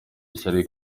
ishyari